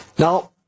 Now